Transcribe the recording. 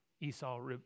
Esau